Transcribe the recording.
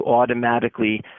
automatically